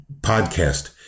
podcast